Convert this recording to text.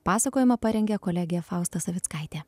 pasakojimą parengė kolegė fausta savickaitė